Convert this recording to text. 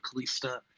Kalista